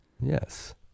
yes